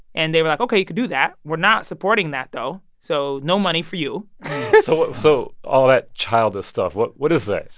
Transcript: and they were like, ok, you could do that. we're not supporting that, though, so no money for you so so all that childish stuff, what what is that?